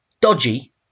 dodgy